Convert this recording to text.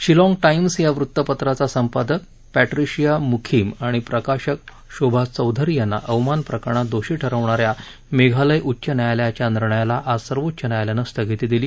Shillong Times या वृत्तपत्राचा संपादक पॅट्रीशिया मुखीम आणि प्रकाशक शोभा चौधरी यांना अवमान प्रकरणात दोषी ठरवणा या मेघालय उच्च न्यायालयाच्या निर्णयाला आज सर्वोच्च न्यायालयानं स्थगिती दिली